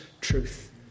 truth